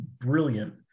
brilliant